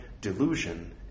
delusion